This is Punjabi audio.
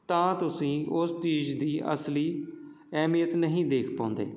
ਤਾਂ ਤੁਸੀਂ ਓਸ ਚੀਜ਼ ਦੀ ਅਸਲੀ ਅਹਿਮੀਅਤ ਨਹੀਂ ਦੇਖ ਪਾਉਂਦੇ